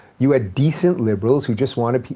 you had decent liberals who just wanna,